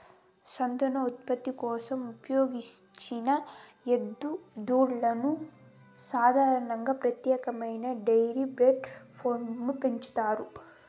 సంతానోత్పత్తి కోసం ఉద్దేశించిన ఎద్దు దూడలను సాధారణంగా ప్రత్యేకమైన డెయిరీ బ్రీడింగ్ ఫామ్లలో పెంచుతారు